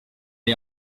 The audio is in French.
est